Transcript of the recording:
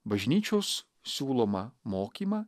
bažnyčios siūlomą mokymą